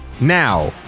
Now